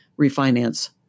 refinance